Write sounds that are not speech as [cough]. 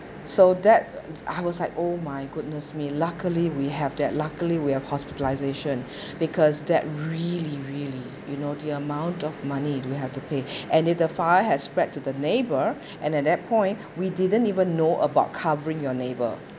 so that I was like oh my goodness me luckily we have that luckily we have hospitalisation [breath] because that really really you know the amount of money we have to pay [breath] and if the fire has spread to the neighbour [breath] and at that point we didn't even know about covering your neighbour